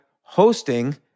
hosting